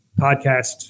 podcast